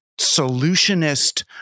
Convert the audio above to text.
solutionist